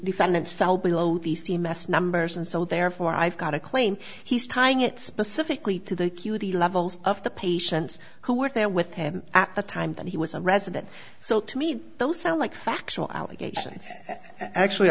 steam s numbers and so therefore i've got a claim he's tying it specifically to the cutie levels of the patients who were there with him at the time that he was a resident so to me those sound like factual allegations actually